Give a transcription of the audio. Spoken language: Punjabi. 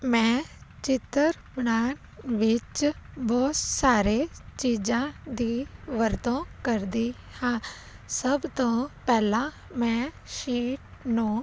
ਮੈਂ ਚਿੱਤਰ ਬਣਾਉਣ ਵਿੱਚ ਬਹੁਤ ਸਾਰੇ ਚੀਜ਼ਾਂ ਦੀ ਵਰਤੋਂ ਕਰਦੀ ਹਾਂ ਸਭ ਤੋਂ ਪਹਿਲਾਂ ਮੈਂ ਸ਼ੀਟ ਨੂੰ